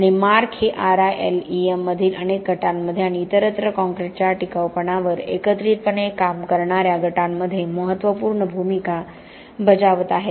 आणि मार्क हे RILEM मधील अनेक गटांमध्ये आणि इतरत्र काँक्रीटच्या टिकाऊपणावर एकत्रितपणे काम करणार्या गटांमध्ये महत्त्वपूर्ण भूमिका बजावत आहेत